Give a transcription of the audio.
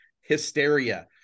hysteria